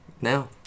now